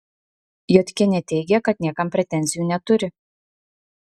jodkienė teigė kad niekam pretenzijų neturi